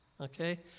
okay